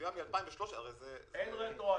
אין רטרואקטיבי.